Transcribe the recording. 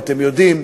או אתם יודעים,